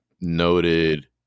noted